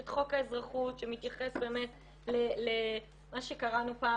יש את חוק האזרחות שמתייחס למה שקראנו פעם